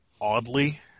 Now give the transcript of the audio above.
oddly